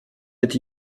êtes